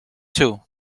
two